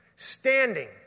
Standing